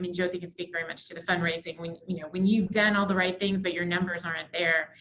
i mean jyoti can speak very much to the fund raising. when you know when you've done all the right things but your numbers aren't there,